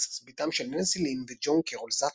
טקסס; בתם של ננסי לין וג'ון קרול זהטנר.